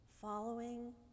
following